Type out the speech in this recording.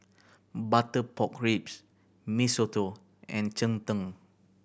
butter pork ribs Mee Soto and cheng tng